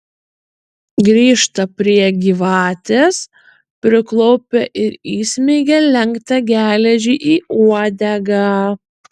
grįžta prie gyvatės priklaupia ir įsmeigia lenktą geležį į uodegą